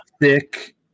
thick